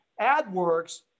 AdWorks